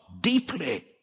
deeply